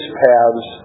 paths